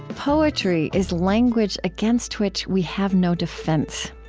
poetry is language against which we have no defense.